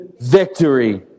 victory